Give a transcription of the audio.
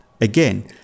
Again